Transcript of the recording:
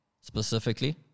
specifically